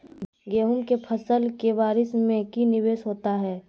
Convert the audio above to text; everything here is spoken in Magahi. गेंहू के फ़सल के बारिस में की निवेस होता है?